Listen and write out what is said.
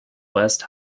west